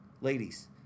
Ladies